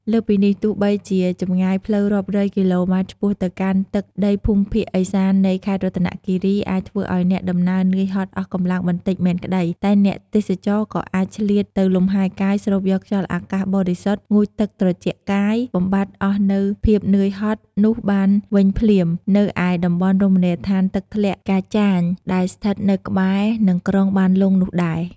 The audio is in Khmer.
លើសពីនេះ ទោះបីជាចម្ងាយផ្លូវរាប់រយគីឡូម៉ែតឆ្ពោះទៅកាន់ទឹកដីភូមិភាគឦសាននៃខេត្តរតនគិរី អាចធ្វើឲ្យអ្នកដំណើរនឿយហត់អស់កម្លាំងបន្តិចមែនក្តី តែអ្នកទេសចរក៏អាចឆ្លៀតទៅលម្ហែកាយស្រូបយកខ្យល់អាកាសបរិសុទ្ធ ងូតទឹកត្រជាក់កាយ បំបាត់អស់នូវភាពនឿយហត់នោះបានវិញភ្លាម នៅឯតំបន់រមណីយដ្ឋានទឹកធ្លាក់កាចាញ ដែលស្ថិតនៅក្បែរនឹងក្រុងបានលុងនោះដែរ។